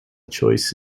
choice